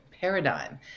paradigm